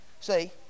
See